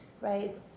right